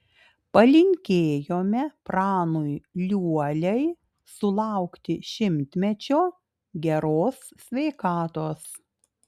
palinkėjome pranui liuoliai sulaukti šimtmečio geros sveikatos